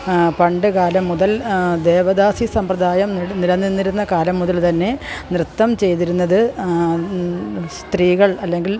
പണ്ടുകാലം മുതൽ ദേവദാസി സമ്പ്രദായം നിലനിന്നിരുന്ന കാലം മുതൽ തന്നെ നൃത്തം ചെയ്തിരുന്നത് സ്ത്രീകൾ അല്ലെങ്കിൽ